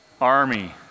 army